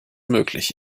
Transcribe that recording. möglich